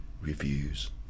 reviews